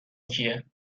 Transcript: کیه